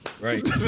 Right